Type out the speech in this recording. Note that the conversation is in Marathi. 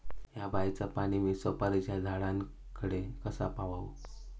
हया बायचा पाणी मी सुपारीच्या झाडान कडे कसा पावाव?